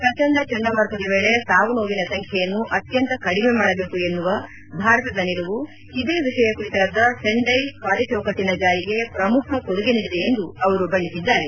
ಪ್ರಚಂಡ ಚಂಡಮಾರುತದ ವೇಳೆ ಸಾವು ನೋವಿನ ಸಂಖ್ಯೆಯನ್ನು ಅತ್ಯಂತ ಕಡಿಮೆ ಮಾಡಬೇಕು ಎನ್ನುವ ಭಾರತದ ನಿಲುವು ಇದೇ ವಿಷಯ ಕುರಿತಾದ ಸೆಂಡಯ್ ಕಾರ್ಯಚೌಕಟ್ಟನ ಜಾರಿಗೆ ಪ್ರಮುಖ ಕೊಡುಗೆ ನೀಡಿದೆ ಎಂದು ಅವರು ಬಣ್ಣೆಸಿದ್ದಾರೆ